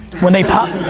when they pop?